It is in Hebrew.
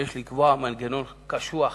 שיש לקבוע מנגנון קשוח,